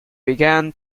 began